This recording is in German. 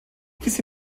diese